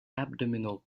abdominal